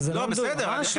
לא, בסדר.